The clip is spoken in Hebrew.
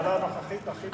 הנוכחית הכי טובה בעולם?